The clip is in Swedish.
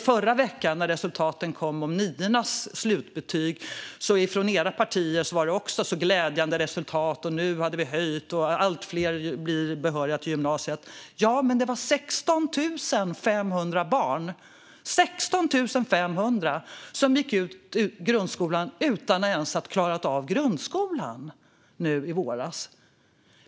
Förra veckan kom resultaten gällande niornas slutbetyg. Reaktionen från era partier var att det var glädjande resultat - det har blivit en höjning, och allt fler blir behöriga till gymnasiet. Ja, men nu i våras var det 16 500 barn som gick ut grundskolan utan att ha klarat av den.